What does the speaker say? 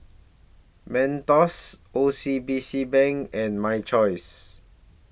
Mentos O C B C Bank and My Choice